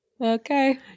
Okay